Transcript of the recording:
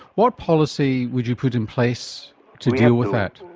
what policy would you put in place to deal with that?